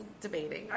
debating